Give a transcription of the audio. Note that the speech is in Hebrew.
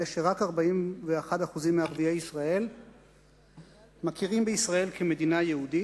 שרק 41% מערביי ישראל מכירים בישראל כמדינה יהודית.